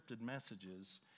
messages